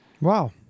Wow